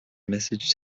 message